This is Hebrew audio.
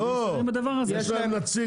בדרך כלל יש להן נציג.